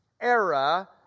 era